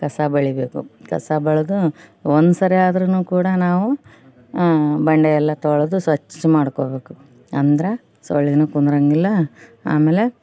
ಕಸ ಬಳೀಬೇಕು ಕಸ ಬಳಿದು ಒಂದ್ಸರಿ ಆದರೂನು ಕೂಡ ನಾವು ಬಂಡೆ ಎಲ್ಲ ತೊಳೆದು ಸ್ವಚ್ಛ ಮಾಡ್ಕೊಳ್ಬೇಕು ಅಂದರೆ ಸೊಳ್ಳೆಯೂ ಕೂರಂಗಿಲ್ಲ ಆಮೇಲೆ